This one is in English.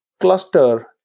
Cluster